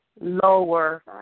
lower